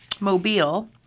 Mobile